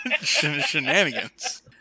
Shenanigans